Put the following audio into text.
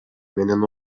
менен